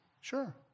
Sure